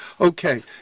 okay